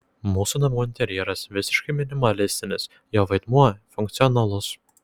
mūsų namų interjeras visiškai minimalistinis jo vaidmuo funkcionalus